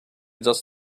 just